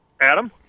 Adam